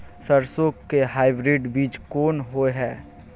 सरसो के हाइब्रिड बीज कोन होय है?